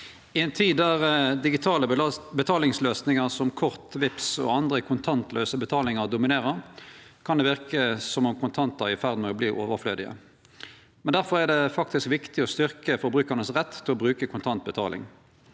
I ei tid då digi- tale betalingsløysingar som kort, Vipps og andre kontantlause betalingar dominerer, kan det verke som om kontantar er i ferd med å verte overflødige. Difor er det faktisk viktig å styrkje forbrukarane sin rett til å bruke kontantbetaling.